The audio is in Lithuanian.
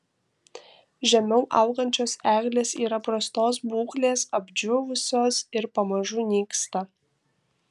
žemiau augančios eglės yra prastos būklės apdžiūvusios ir pamažu nyksta